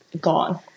gone